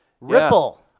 Ripple